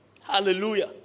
Hallelujah